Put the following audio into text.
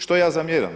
Što ja zamjeram?